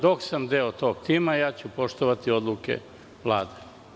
Dok sam deo tog tima, poštovaću odluke Vlade.